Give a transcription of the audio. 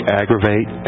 aggravate